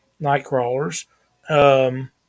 nightcrawlers